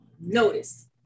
notice